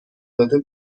داده